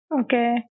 Okay